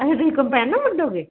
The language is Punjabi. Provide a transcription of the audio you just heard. ਅੱਛਾ ਤੁਸੀਂ ਕੰਪਾਇਨ ਨਾਲ ਵੱਡੋਗੇ